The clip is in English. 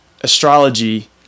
astrology